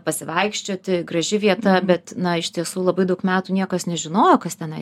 pasivaikščioti graži vieta bet na iš tiesų labai daug metų niekas nežinojo kas tenai